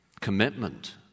commitment